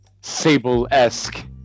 Sable-esque